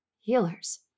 Healers